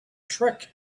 trick